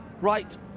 right